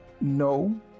No